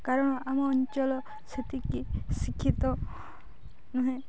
କାରଣ ଆମ ଅଞ୍ଚଳ ସେତିକି ଶିକ୍ଷିତ ନୁହେଁ